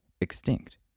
Extinct